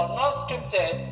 non-scripted